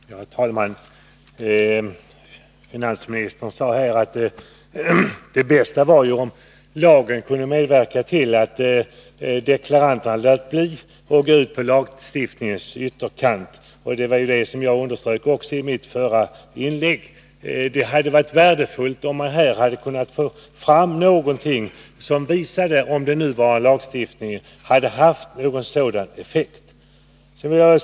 Herr talman! Finansministern sade att det bästa vore om lagen kunde medverka till att få deklaranterna att låta bli att gå ut på lagstiftningens ytterkant. Det var det jag underströk i mitt förra inlägg. Det hade varit värdefullt om någonting hade kunnat visa om den nuvarande lagstiftningen hade haft någon sådan effekt.